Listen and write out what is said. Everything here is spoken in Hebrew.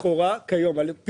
כיום,